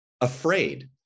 afraid